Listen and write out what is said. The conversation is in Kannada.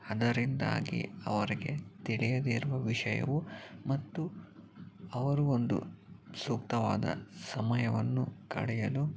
ಅದರಿಂದಾಗಿ ಅವರಿಗೆ ತಿಳಿಯದೇ ಇರುವ ವಿಷಯವು ಮತ್ತು ಅವರು ಒಂದು ಸೂಕ್ತವಾದ ಸಮಯವನ್ನು ಕಳೆಯಲು